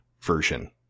version